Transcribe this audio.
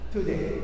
Today